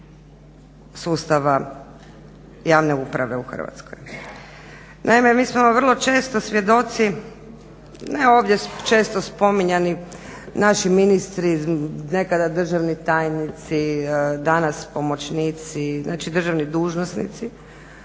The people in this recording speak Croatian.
sustava javne uprave u Hrvatskoj. Naime, mi smo vrlo često svjedoci, ne ovdje često spominjani naši ministri, nekada državni tajnici, danas pomoćnici, znači državni dužnosnici